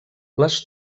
les